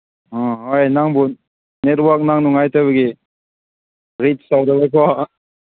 ꯑꯣ ꯅꯪꯒꯤ ꯅꯦꯠꯋꯥꯛ ꯅꯪ ꯅꯨꯡꯉꯥꯏꯇꯕꯒꯤ ꯔꯤꯁꯛ ꯂꯧꯗꯕꯀꯣ